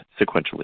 sequentially